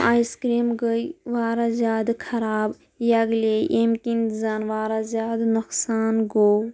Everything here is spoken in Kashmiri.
آیِس کرٛیٖم گٔے واریاہ زیادٕ خراب یگلے ییٚمہِ کِنۍ زن واریاہ زیادٕ نۄقصان گوٚو